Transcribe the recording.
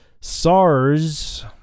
SARS